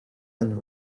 and